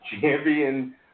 champion